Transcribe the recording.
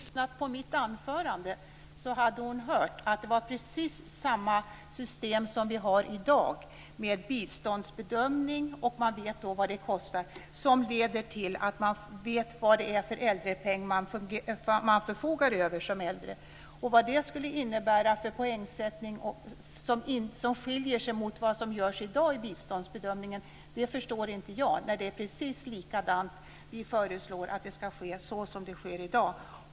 Fru talman! Om Lena Olsson hade lyssnat på mitt anförande hade hon hört att det är precis samma system som vi har i dag med en biståndsbedömning - och man vet då vad det kostar - som leder till att de äldre vet vilken äldrepeng som de förfogar över. Jag förstår inte hur det här skulle skilja sig mot det som görs i dag i biståndsbedömningen. Det är precis likadant. Vi föreslår att det ska ske så som det sker i dag.